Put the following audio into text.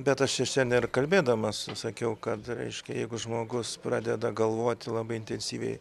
bet aš čia šiandien ir kalbėdamas sakiau kad reiškia jeigu žmogus pradeda galvoti labai intensyviai